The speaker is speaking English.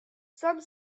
some